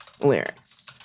lyrics